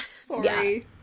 Sorry